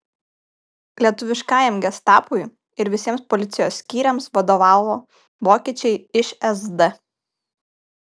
lietuviškajam gestapui ir visiems policijos skyriams vadovavo vokiečiai iš sd